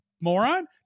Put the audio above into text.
moron